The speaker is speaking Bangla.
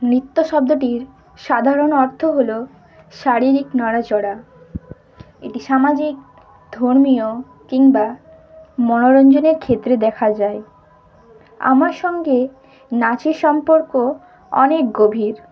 নৃত্য শব্দটির সাধারণ অর্থ হল শারীরিক নড়া চড়া এটি সামাজিক ধর্মীয় কিংবা মনোরঞ্জনের ক্ষেত্রে দেখা যায় আমার সঙ্গে নাচের সম্পর্ক অনেক গভীর